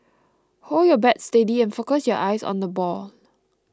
hold your bat steady and focus your eyes on the ball